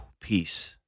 Peace